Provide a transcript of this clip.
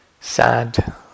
sad